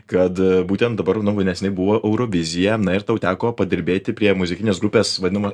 kad būtent dabar nu va neseniai buvo eurovizija ir tau teko padirbėti prie muzikinės grupes vadinama